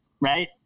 right